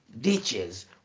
ditches